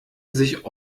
sich